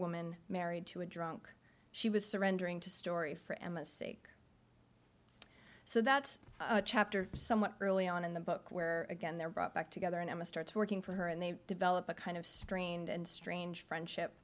woman married to a drunk she was surrendering to story for emma's sake so that's a chapter somewhat early on in the book where again they're brought back together in a starts working for her and they develop a kind of strange and strange friendship